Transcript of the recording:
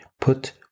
put